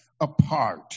apart